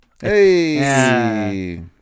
Hey